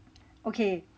okay